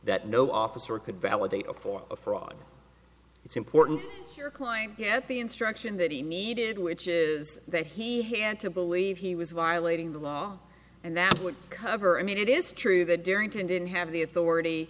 that no officer could validate a form of fraud it's important your client get the instruction that he needed which is that he had to believe he was violating the law and that would cover i mean it is true that derrington didn't have the authority